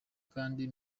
kandi